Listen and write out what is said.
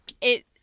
It